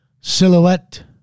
Silhouette